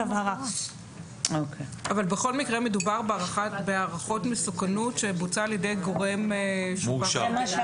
אבל בכל מקרה מדובר בהערכות מסוכנות שבוצע על ידי גורם --- מאושר.